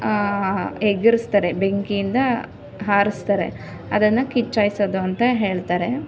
ಆ ಹಾ ಎಗ್ರಿಸ್ತಾರೆ ಬೆಂಕಿಯಿಂದ ಹಾರಿಸ್ತಾರೆ ಅದನ್ನು ಕಿಚ್ಚು ಹಾಯಿಸೋದು ಅಂತ ಹೇಳ್ತಾರೆ